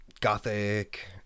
gothic